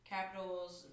Capitals